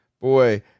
boy